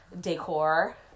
decor